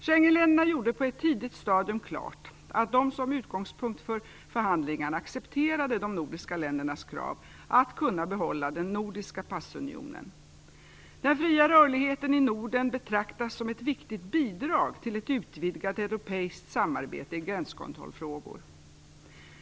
Schengenländerna gjorde på ett tidigt stadium klart att de som utgångspunkt för förhandlingarna accepterade de nordiska ländernas krav att kunna behålla den nordiska passunionen. Den fria rörligheten i Norden betraktas som ett viktigt bidrag till ett utvidgat europeiskt samarbete i gränskontrollfrågor.